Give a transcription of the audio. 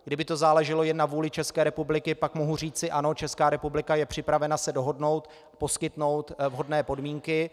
Kdyby to záleželo jen na vůli České republiky, pak mohu říci: Ano, Česká republika je připravena se dohodnout, poskytnout vhodné podmínky.